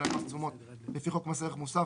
בשלהן מס תשומות לפי חוק מס ערך מוסף,